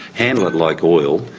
handle it like oil,